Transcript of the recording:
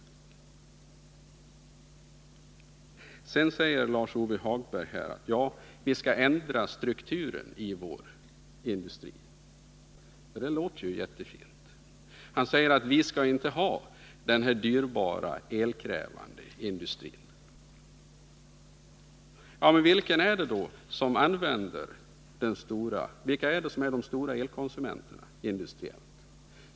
Sedan säger Lars-Ove Hagberg att vi skall ändra strukturen i vår industri. Det låter ju jättefint. Han säger att vi skall inte ha den dyrbara, elkrävande industrin. Ja, men vilka är de stora elkonsumenterna?